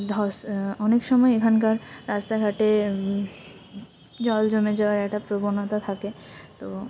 ধ্বস অনেক সময় এখানকার রাস্তাঘাটে জল জমে যাওয়ার একটা প্রবণতা থাকে তো